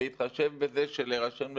בהתחשב בזה שצריך להירשם ללימודים,